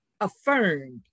affirmed